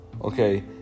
okay